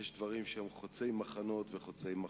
יש דברים שהם חוצי-מחנות וחוצי-מחלוקות.